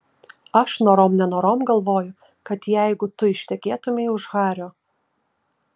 aš norom nenorom galvoju kad jeigu tu ištekėtumei už hario